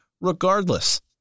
regardless